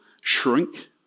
shrink